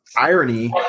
irony